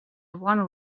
one